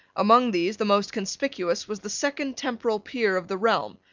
among these the most conspicuous was the second temporal peer of the realm,